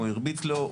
הוא הרביץ לו.